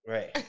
Right